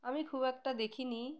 আমি খুব একটা দেখিনি